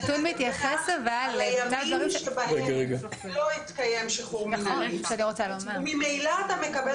אתה מדווח על הימים שבהם לא התקיים שחרור מנהלי וממילא אתה מקבל